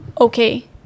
okay